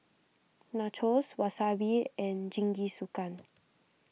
Nachos Wasabi and Jingisukan